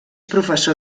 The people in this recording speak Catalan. professor